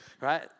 Right